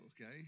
okay